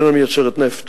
מדינה בעולם